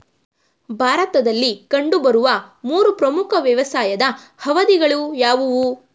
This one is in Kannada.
ಭಾರತದಲ್ಲಿ ಕಂಡುಬರುವ ಮೂರು ಪ್ರಮುಖ ವ್ಯವಸಾಯದ ಅವಧಿಗಳು ಯಾವುವು?